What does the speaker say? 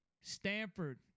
Stanford